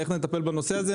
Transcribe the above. איך נטפל בנושא הזה?